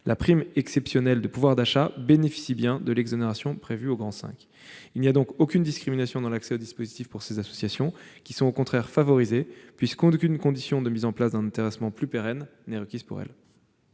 la prime exceptionnelle de pouvoir d'achat bénéficie de l'exonération prévue au V. » Il n'y a donc aucune discrimination dans l'accès au dispositif pour ces associations, qui sont au contraire favorisées puisqu'aucune condition de mise en place d'un intéressement plus pérenne n'est requise pour elle.